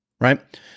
right